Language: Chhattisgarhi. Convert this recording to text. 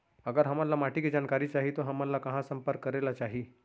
अगर हमन ला माटी के जानकारी चाही तो हमन ला कहाँ संपर्क करे ला चाही?